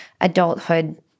adulthood